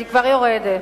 אני כבר יורדת.